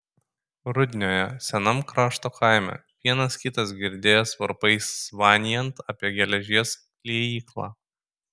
rudnioje senam krašto kaime vienas kitas girdėjęs varpais zvanijant apie geležies liejyklą